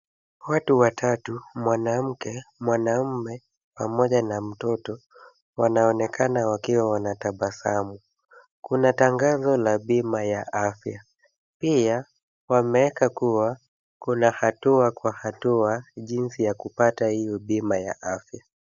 Watu watatu, mwanamke, mwanaume pamoja na mtoto, wanaonekana wakiwa wanatabasamu. Kuna tangazo la bima ya afya. Pia wameweka kuwa, kuna hatua kwa hatua jinsi ya kupata hiyo bima ya afya.